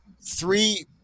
three